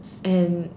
and